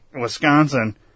Wisconsin